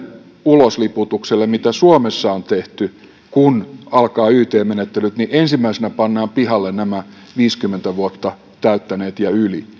ulosliputukselle mitä suomessa on tehty kun alkaa yt menettelyt niin ensimmäisenä pannaan pihalle nämä viisikymmentä vuotta täyttäneet ja yli